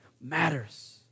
matters